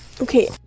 Okay